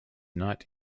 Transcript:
not